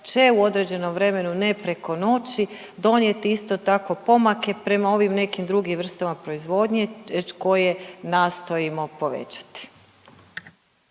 će u određenom vremenu ne preko noći donijeti isto tako pomake prema ovim nekim drugim vrstama proizvodnje koje nastojimo povećati.